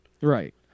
Right